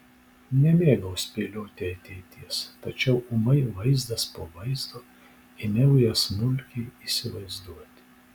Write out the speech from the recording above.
nemėgau spėlioti ateities tačiau ūmai vaizdas po vaizdo ėmiau ją smulkiai įsivaizduoti